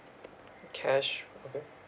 cash okay